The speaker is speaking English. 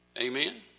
Amen